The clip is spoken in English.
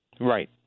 Right